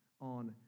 on